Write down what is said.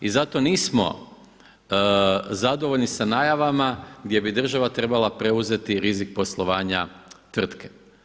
I zato nismo zadovoljni sa najavama gdje bi država trebala preuzeti rizik poslovanja tvrtke.